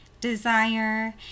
desire